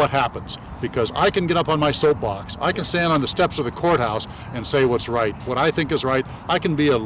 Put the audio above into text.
what happens because i can get up on my soapbox i can stand on the steps of the courthouse and say what's right what i think is right i can be a